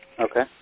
Okay